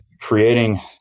creating